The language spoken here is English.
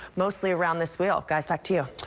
mostly around this wheel. guys, back to you.